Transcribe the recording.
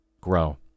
Grow